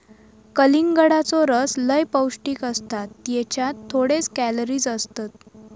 कलिंगडाचो रस लय पौंष्टिक असता त्येच्यात थोडेच कॅलरीज असतत